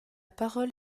parole